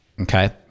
Okay